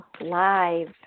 Live